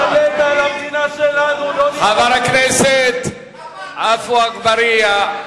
חבר הכנסת עפו אגבאריה,